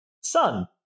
Sun